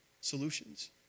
solutions